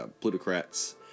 plutocrats